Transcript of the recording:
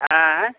आँय